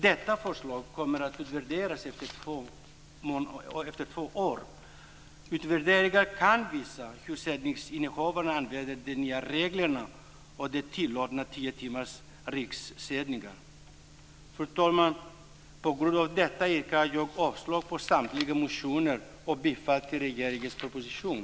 Detta förslag kommer att utvärderas efter två år. Utvärderingen kan visa hur sändningsinnehavarna använder de nya reglerna och de tillåtna tio timmarna för rikssändningar. Fru talman! På grundval av detta yrkar jag avslag på samtliga motioner samt bifall till regeringens proposition.